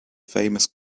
famous